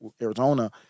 Arizona